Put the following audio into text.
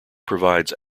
provides